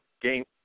game